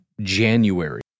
January